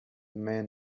men